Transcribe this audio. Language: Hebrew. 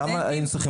למה "הייתם צריכים"?